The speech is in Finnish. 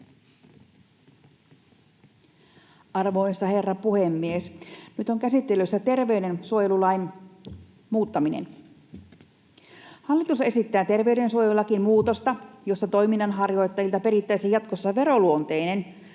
Arvoisa herra puhemies! Nyt on käsittelyssä terveydensuojelulain muuttaminen. Hallitus esittää terveydensuojelulakiin muutosta, jossa toiminnanharjoittajilta perittäisiin jatkossa veroluonteinen